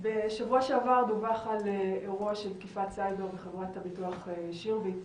בשבוע שעבר דווח על אירוע של תקיפת סייבר בחברת הביטוח שירביט.